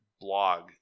blog